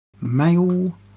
Male